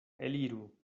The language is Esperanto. eliru